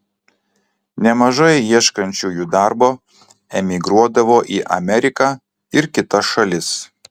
nemažai ieškančiųjų darbo emigruodavo į ameriką ir kitas šalis